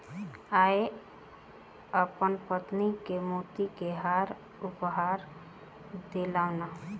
ओ अपन पत्नी के मोती के हार उपहार देलैन